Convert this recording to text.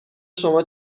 شما